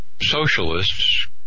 socialists